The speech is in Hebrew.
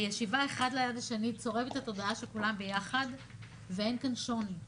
הישיבה אחד ליד השני צורבת את התודעה שכולם ביחד ואין כאן שוני,